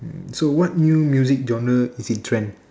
so what new music genre is in trend